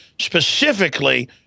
specifically